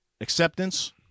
acceptance